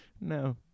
no